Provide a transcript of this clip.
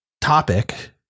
topic